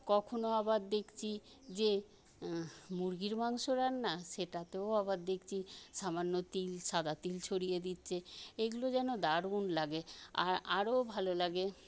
কখনো আবার দেখছি যে মুরগির মাংস রান্না সেটাতেও আবার দেখছি সামান্য তিল সাদা তিল ছড়িয়ে দিচ্ছে এগুলো যেন দারুন লাগে আরও ভালো লাগে